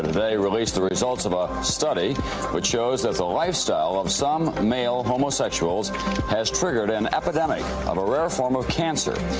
they released the results of a study that shows the lifestyle of some male homosexuals has triggered an epidemic of a rare form of cancer.